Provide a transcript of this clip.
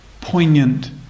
poignant